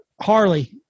Harley